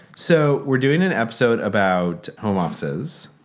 so we're doing an episode about home offices.